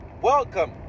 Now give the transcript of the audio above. Welcome